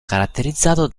caratterizzato